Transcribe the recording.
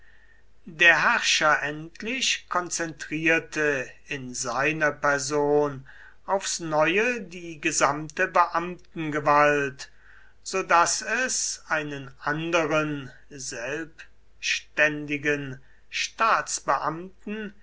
der herrscher endlich konzentrierte in seiner person aufs neue die gesamte beamtengewalt so daß es einen anderen selbständigen staatsbeamten